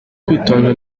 kwitonda